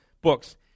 books